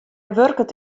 wurket